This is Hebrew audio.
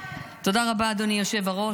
תודה רבה, אדוני היושב-ראש.